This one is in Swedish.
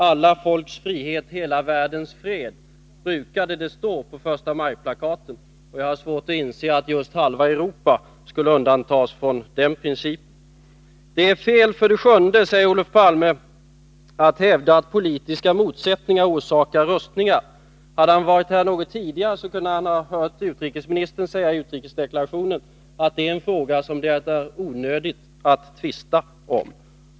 Alla folks frihet — hela världens fred, brukade det stå på förstamajplakaten. Jag har svårt att inse att just halva Europa skulle undantas från den principen. 7. Det är fel, säger Olof Palme, att hävda att politiska motsättningar orsakar rustningar. Hade Olof Palme varit här något tidigare, så kunde han ha hört utrikesministern säga i utrikesdeklarationen att detta är en fråga som det är onödigt att tvista om.